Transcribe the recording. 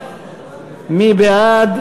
מי בעד?